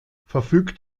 verfügt